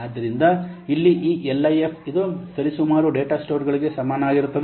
ಆದ್ದರಿಂದ ಇಲ್ಲಿ ಈ LIF ಇದು ಸರಿಸುಮಾರು ಡೇಟಾ ಸ್ಟೋರ್ ಗಳಿಗೆ ಸಮಾನವಾಗಿರುತ್ತದೆ